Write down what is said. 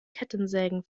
kettensägen